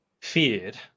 feared